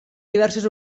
diverses